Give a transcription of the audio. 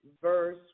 verse